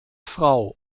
frau